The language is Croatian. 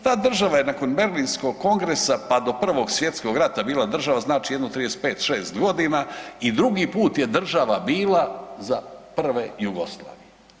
Ta država je nakon berlinskog kongresa pa do Prvog svjetskog rata bila država znači jedno 35-6 godina drugi put je država bila za prve Jugoslavije.